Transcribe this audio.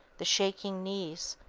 the shaking knees,